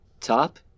Top